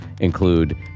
include